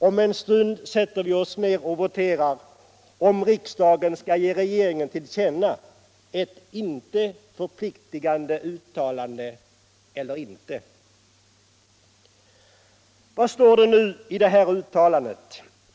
Om en stund sätter vi oss ner och voterar om huruvida riksdagen skall ge regeringen till känna ett icke förpliktande uttalande eller inte. Vad står det nu i det här uttalandet?